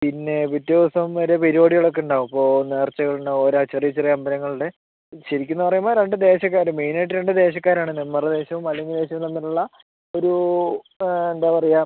പിന്നെ പിറ്റേ ദിവസം ഒരു പരിപാടികളൊക്കെ ഉണ്ടാകും ഇപ്പോൾ നേർച്ചകളുണ്ടാകും ഓരോ ചെറിയ ചെറിയ അമ്പലങ്ങളുടെ ശരിക്കുമെന്ന് പറയുമ്പോൾ രണ്ടു ദേശക്കാർ മെയിനായിട്ട് രണ്ടു ദേശക്കാർ ആണ് നെന്മാറ ദേശവും വല്ലങ്ങി ദേശവും തമ്മിലുള്ള ഒരു എന്താണ് പറയുക